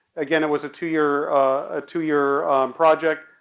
again it was a two year, a two-year project.